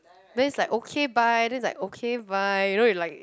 then it's like okay bye then it's like okay bye you know you like